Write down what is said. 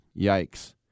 Yikes